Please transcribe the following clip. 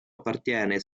appartiene